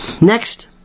Next